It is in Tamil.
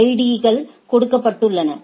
டி கள் கொடுக்கப்பட்டுள்ளன